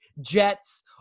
jets